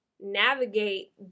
navigate